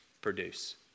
produce